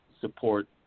support